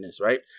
right